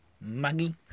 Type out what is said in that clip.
Maggie